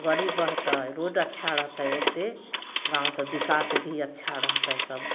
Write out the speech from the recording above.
गाड़ी बढ़तै रोड अच्छा रहतै ओतेक गामके विकास भी अच्छा रहतै सब